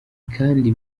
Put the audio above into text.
kandi